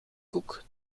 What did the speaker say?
koek